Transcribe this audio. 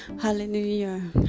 Hallelujah